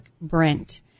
Brent